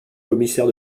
commissaire